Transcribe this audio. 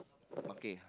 okay